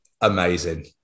amazing